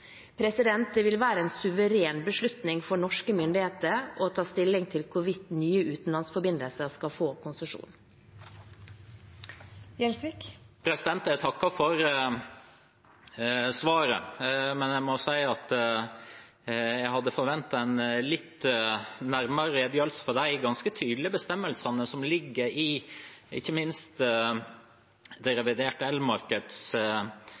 Det vil være en suveren beslutning for norske myndigheter å ta stilling til hvorvidt nye utenlandsforbindelser skal få konsesjon. Jeg takker for svaret, men jeg må si at jeg hadde forventet en litt nærmere redegjørelse for de ganske tydelige bestemmelsene som ligger i ikke minst det